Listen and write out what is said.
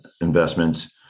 investments